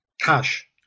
cash